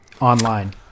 online